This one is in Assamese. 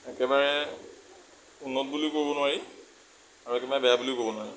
একেবাৰে উন্নত বুলিও ক'ব নোৱাৰি আৰু একেবাৰে বেয়া বুলিও ক'ব নোৱাৰি